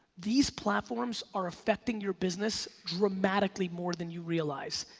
these platforms are effecting your business dramatically more than you realize.